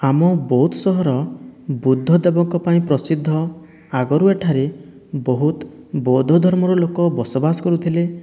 ଆମ ବଉଦ ସହର ବୁଦ୍ଧଦେବଙ୍କ ପାଇଁ ପ୍ରସିଦ୍ଧ ଆଗରୁ ଏଠାରେ ବହୁତ ବୌଦ୍ଧ ଧର୍ମର ଲୋକ ବସବାସ କରୁଥିଲେ